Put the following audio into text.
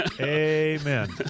Amen